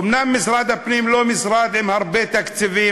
אומנם משרד הפנים הוא לא משרד עם הרבה תקציבים,